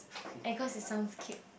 and cause it sounds cute